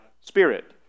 spirit